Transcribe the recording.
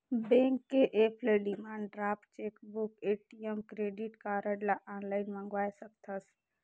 bank के app ले demand draft, chequebook, ATM, credit card ल आनलाइन मंगवाये सकथस